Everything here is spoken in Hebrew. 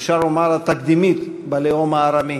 אפשר לומר התקדימית, בלאום הארמי.